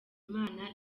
imana